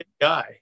guy